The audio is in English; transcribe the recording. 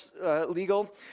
Legal